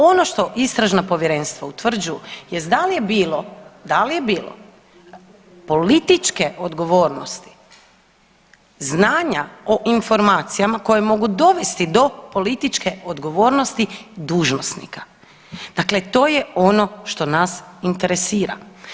Ono to istražna povjerenstva utvrđuju jest da li je bilo, da li je bilo političke odgovornosti, znanja o informacijama koje mogu dovesti do političke odgovornosti dužnosnika, dakle to je ono što nas interesira.